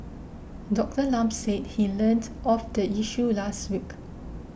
Doctor Lam said he learnt of the issue last week